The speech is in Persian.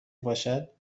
باشد